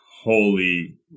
holy